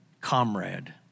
comrade